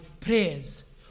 prayers